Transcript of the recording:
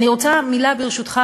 אני רוצה לומר מילה, ברשותך.